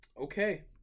okay